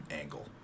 angle